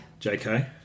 JK